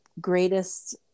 greatest